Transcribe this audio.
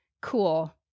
cool